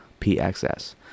pxs